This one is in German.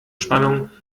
spannung